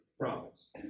prophets